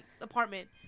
apartment